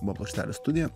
buvo plokštelių studija